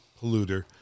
polluter